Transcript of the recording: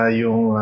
yung